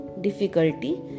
difficulty